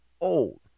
old